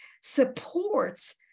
supports